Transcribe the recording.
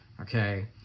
Okay